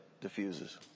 diffuses